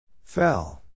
Fell